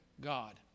God